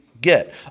get